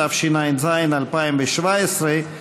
התשע"ז 2017,